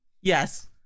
Yes